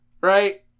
right